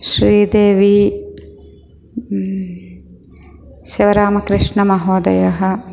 श्रीदेवी सः रामकृष्णमहोदयः